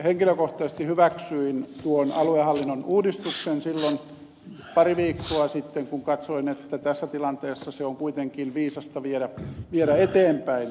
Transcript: henkilökohtaisesti hyväksyin tuon aluehallinnon uudistuksen silloin pari viikkoa sitten kun katsoin että tässä tilanteessa se on kuitenkin viisasta viedä eteenpäin